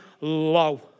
low